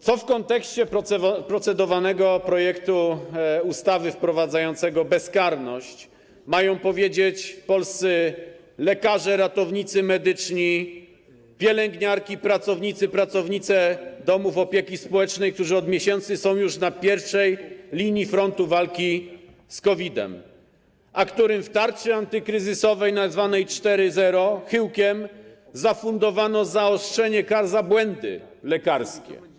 Co w kontekście procedowanego projektu ustawy wprowadzającego bezkarność mają powiedzieć polscy lekarze, ratownicy medyczni, pielęgniarki, pracownicy i pracownice domów opieki społecznej, którzy od miesięcy są na pierwszej linii frontu walki z COVID, a którym w tarczy antykryzysowej nazwanej 4.0 chyłkiem zafundowano zaostrzenie kar za błędy lekarskie?